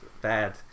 bad